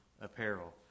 apparel